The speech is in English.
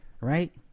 right